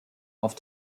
auf